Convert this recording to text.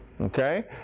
Okay